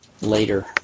later